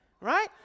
Right